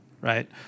right